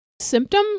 symptom